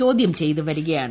ചോദ്യം ചെയ്തുവരികയാണ്